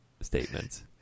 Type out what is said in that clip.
statements